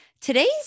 Today's